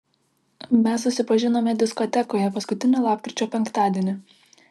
mes susipažinome diskotekoje paskutinį lapkričio penktadienį